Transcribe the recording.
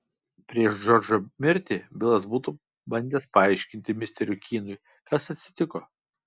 prieš džordžo mirtį bilas būtų bandęs paaiškinti misteriui kynui kas atsitiko